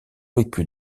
vécu